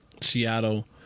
seattle